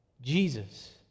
Jesus